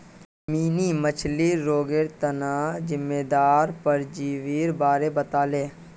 mini मछ्लीर रोगेर तना जिम्मेदार परजीवीर बारे बताले